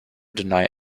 deny